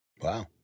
Wow